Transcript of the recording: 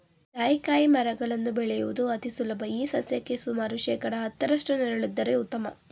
ಜಾಯಿಕಾಯಿ ಮರಗಳನ್ನು ಬೆಳೆಯುವುದು ಅತಿ ಸುಲಭ ಈ ಸಸ್ಯಕ್ಕೆ ಸುಮಾರು ಶೇಕಡಾ ಹತ್ತರಷ್ಟು ನೆರಳಿದ್ದರೆ ಉತ್ತಮ